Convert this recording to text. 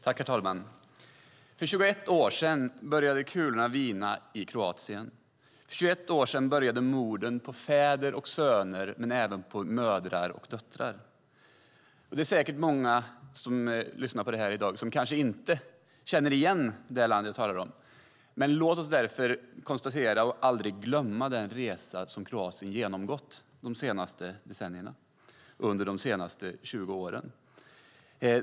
Herr talman! För 21 år sedan började kulorna vina i Kroatien. För 21 år sedan började morden på fäder och söner men även på mödrar och döttrar. Det är säkert många som lyssnar i dag som inte känner igen det land jag talar om. Men låt oss aldrig glömma den resa Kroatien gjort under de senaste tjugo åren.